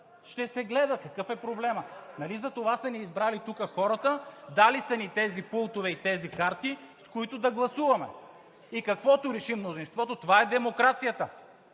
ще се гледа. Какъв е проблемът? Нали затова са ни избрали тук хората, дали са ни тези пултове и тези карти, с които да гласуваме, и каквото реши мнозинството. Това е демокрацията,